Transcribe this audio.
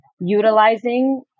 utilizing